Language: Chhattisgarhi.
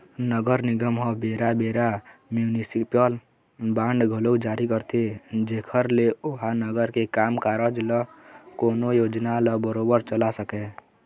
नगर निगम ह बेरा बेरा म्युनिसिपल बांड घलोक जारी करथे जेखर ले ओहा नगर के काम कारज ल कोनो योजना ल बरोबर चला सकय